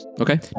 Okay